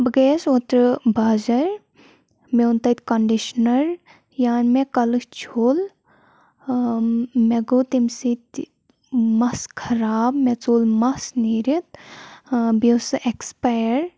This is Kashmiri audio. بہٕ گٔیَس اوترٕ بازَر مےٚ اوٚن تَتہِ کنڈِشنَر یانۍ مےٚ کَلہٕ چھوٚل مےٚ گوٚو تَمہِ سۭتۍ تہِ مَس خراب مےٚ ژوٚل مَس نیٖرِتھ بیٚیہِ اوس سُہ اٮ۪کٕسپایَر